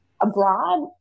abroad